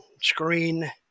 screen